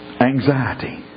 Anxiety